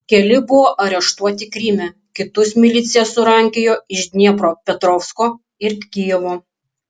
keli buvo areštuoti kryme kitus milicija surankiojo iš dniepropetrovsko ir kijevo